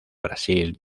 brasil